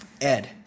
Ed